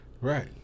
Right